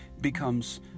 becomes